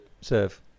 serve